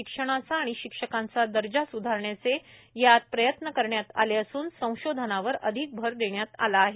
शिक्षणाचा आणि शिक्षकांचा दर्जा स्धारण्याचे यात प्रयत्न करण्यात आले असून संशोधनावर अधिक भर देण्यात आलेला आहे